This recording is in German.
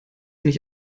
nicht